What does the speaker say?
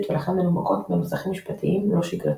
ולכן מנומקות בנוסחים משפטיים לא שגרתיים.